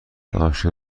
عاشق